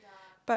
but